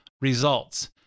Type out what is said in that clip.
results